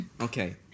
Okay